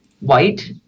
white